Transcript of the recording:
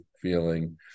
feeling